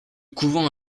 couvent